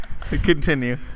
Continue